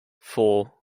four